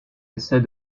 essaie